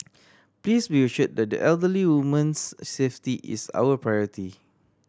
please be assured that the elderly woman's safety is our priority